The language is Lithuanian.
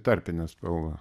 tarpinę spalvą